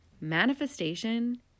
Manifestation